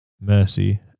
mercy